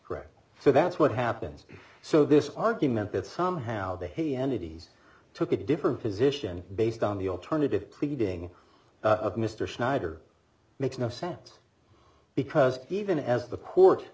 correct so that's what happens so this argument that somehow the hay entities took a different position based on the alternative pleading of mr snyder makes no sense because even as the court